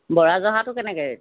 বৰা জহাটো কেনেকৈ